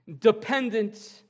dependent